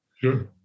Sure